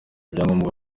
ibyangombwa